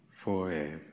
forever